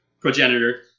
progenitor